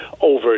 over